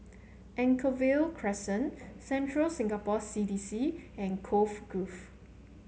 Anchorvale Crescent Central Singapore C D C and Cove Grove